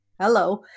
Hello